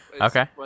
Okay